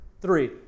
three